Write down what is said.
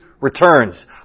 returns